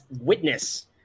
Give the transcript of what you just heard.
witness